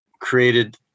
created